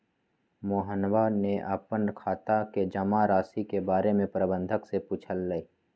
मोहनवा ने अपन खाता के जमा राशि के बारें में प्रबंधक से पूछलय